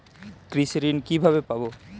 কৃষি ঋন কিভাবে পাব?